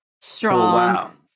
strong